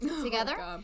together